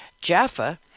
jaffa